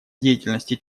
деятельности